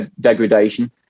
degradation